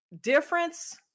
difference